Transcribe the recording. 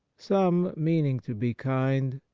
some, meaning to be kind,